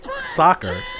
soccer